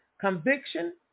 conviction